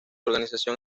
organización